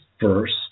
first